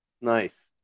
Nice